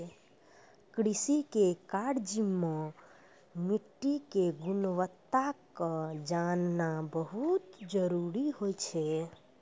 कृषि के कार्य मॅ मिट्टी के गुणवत्ता क जानना बहुत जरूरी होय छै